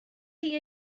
chi